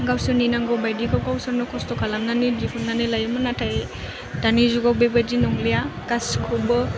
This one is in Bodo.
गावसोरनि नांगौबायदियैखौ गावसोरनो खस्थ'खालामनानै दिहुननानै लायोमोन नाथाय दानि जुगाव बेबायदि नंलिया गासिखौबो